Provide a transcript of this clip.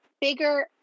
bigger